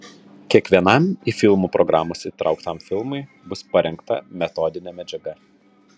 kiekvienam į filmų programas įtrauktam filmui bus parengta metodinė medžiaga